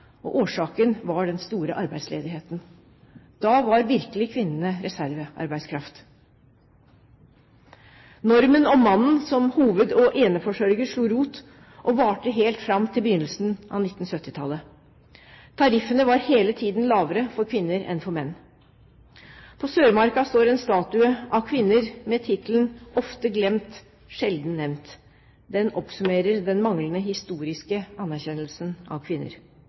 Årsaken var den store arbeidsledigheten. Da var virkelig kvinnene reservearbeidskraft. Normen om mannen som hoved- og eneforsørger slo rot og varte helt fram til begynnelsen av 1970-tallet. Tariffene var hele tiden lavere for kvinner enn for menn. På Sørmarka står en statue av en kvinne med tittelen «Sjelden nevnt, ofte glemt». Den oppsummerer den manglende historiske anerkjennelsen av kvinner.